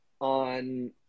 on